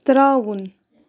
ترٛاوُن